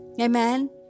Amen